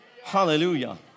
hallelujah